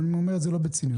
וזה לא נאמר בציניות,